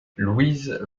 louise